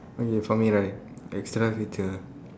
okay for me right the extra feature